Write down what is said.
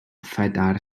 phedair